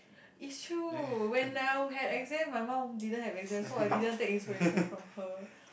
is true when I would have exam my mum didn't have exam so I didn't take inspiration from her